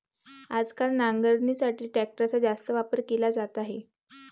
आजकाल नांगरणीसाठी ट्रॅक्टरचा जास्त वापर केला जात आहे